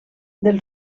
del